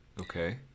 Okay